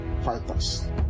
fighters